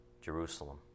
Jerusalem